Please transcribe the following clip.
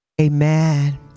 Amen